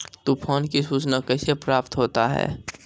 तुफान की सुचना कैसे प्राप्त होता हैं?